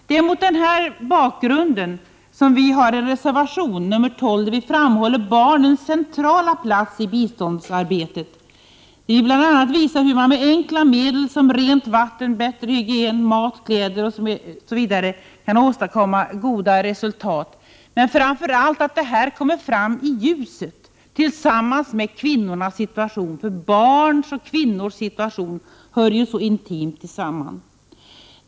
Det är därför som vi i centerpartiet i reservation 12 framhåller barnens centrala plats i biståndsarbetet och bl.a. visar hur enkla medel som rent vatten, bättre hygien, mat och kläder kan åstadkomma goda resultat. Framför allt måste detta komma fram i ljuset, tillsammans med kvinnornas situation, därför att barns och kvinnors situation hör så intimt samman.